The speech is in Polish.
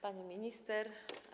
Pani Minister!